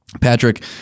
Patrick